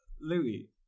Louis